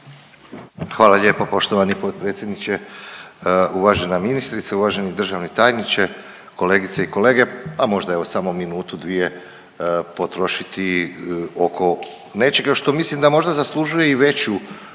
Hvala lijepo poštovani potpredsjedniče. Uvažena ministrice, uvaženi državni tajniče, kolegice i kolege, a možda evo samo minutu, dvije potrošiti oko nečega što mislim da možda zaslužuje i veću,